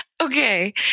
Okay